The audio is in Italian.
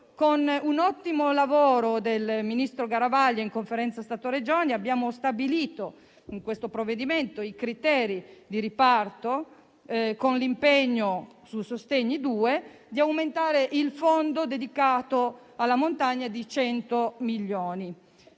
Con un ottimo lavoro del ministro Garavaglia in Conferenza Stato-Regioni, abbiamo stabilito in questo provvedimento i criteri di riparto, con l'impegno sul decreto sostegni-*bis* di aumentare il fondo dedicato alla montagna di 100 milioni